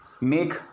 make